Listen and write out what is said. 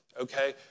okay